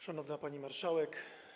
Szanowna Pani Marszałek!